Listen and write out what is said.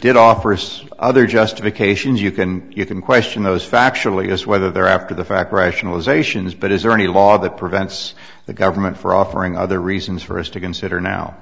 did offer us other justifications you can you can question those factually just whether they're after the fact rationalizations but is there any law that prevents the government for offering other reasons for us to consider now